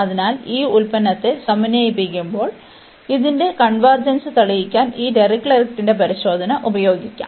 അതിനാൽ ഈ ഉൽപ്പന്നത്തെ സമന്വയിപ്പിക്കുമ്പോൾ ഇതിന്റെ കൺവെർജെൻസ് തെളിയിക്കാൻ ഈ ഡിറിക്ലെറ്റിന്റെ പരിശോധന ഉപയോഗിക്കാം